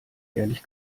ehrlich